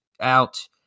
out